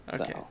Okay